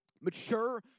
mature